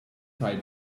tried